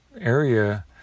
area